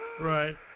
Right